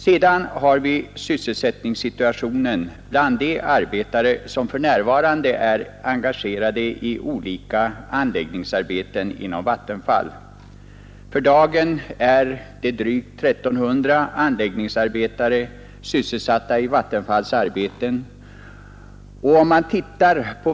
När det gäller sysselsättningssituationen bland de arbetare som för närvarande är engagerade i olika anläggningsarbeten inom Vattenfall så är för dagen drygt 1 300 anläggningsarbetare sysselsatta i sådana arbeten.